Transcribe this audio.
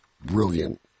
brilliant